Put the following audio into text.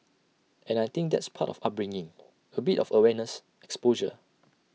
and I think that's part of upbringing A bit of awareness exposure